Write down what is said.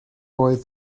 oedd